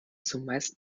zumeist